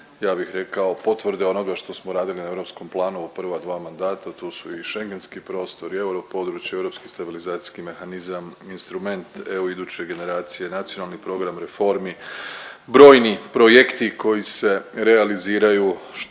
ja bih rekao potvrde onoga što smo radili na europskom planu u prva dva mandata, tu su i schengentski prostor i europodručje i europski stabilizacijski mehanizam, instrument EU iduće generacije, Nacionalni program reformi, brojni projekti koji se realiziraju što